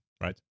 right